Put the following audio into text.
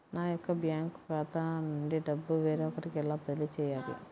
నా యొక్క బ్యాంకు ఖాతా నుండి డబ్బు వేరొకరికి ఎలా బదిలీ చేయాలి?